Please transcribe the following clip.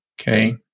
Okay